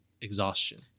exhaustion